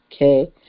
okay